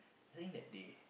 I think that day